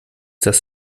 das